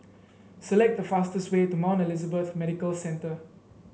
select the fastest way to Mount Elizabeth Medical Centre